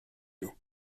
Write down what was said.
you